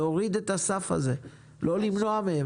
להוריד את הסף הזה, לא למנוע מהן.